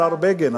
השר בגין,